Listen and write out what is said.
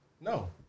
No